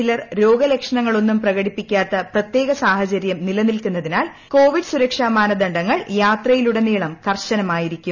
ചിലർ രോഗലക്ഷണങ്ങളൊന്നും പ്രകടിപ്പിക്കാത്ത പ്രത്യേക സാഹചര്യം നിലനിൽക്കുന്നതിനാൽ കോവിഡ് സുരക്ഷാ മാനദണ്ഡങ്ങൾ യാത്രയിലുടനീളം കർശനമായിരിക്കും